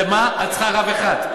למה את צריכה רב אחד?